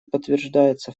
подтверждается